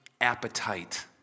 appetite